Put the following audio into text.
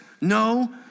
no